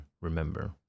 remember